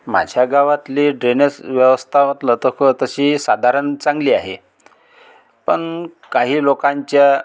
माझ्या गावातले ड्रेनेस व्यवस्था तलं तर क तशी साधारण चांगली आहे पण काही लोकांच्या